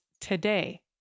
today